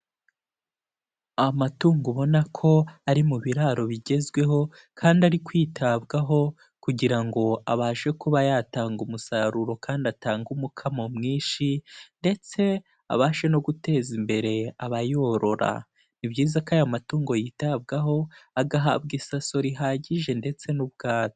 Amatungo ubona ko ari mu biraro bigezweho kandi ari kwitabwaho kugira ngo abashe kuba yatanga umusaruro kandi atange umukamo mwinshi ndetse abashe no guteza imbere abayorora, ni byiza ko aya matungo yitabwaho, agahabwa isaso rihagije ndetse n'ubwatsi.